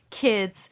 kids